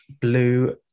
blue